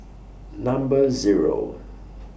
Number Zero